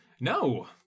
No